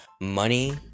money